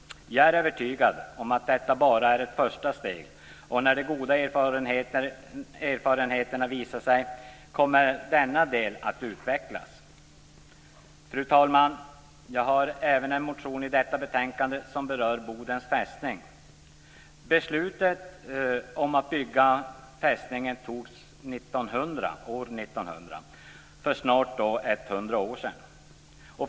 Jag är övertygad om att detta bara är ett första steg och att när de goda erfarenheterna visar sig kommer denna del att utvecklas. Fru talman! Jag har även en motion i detta betänkande som berör Bodens Fästning. Beslutet om att bygga fästningen fattades år 1900, för snart 100 år sedan.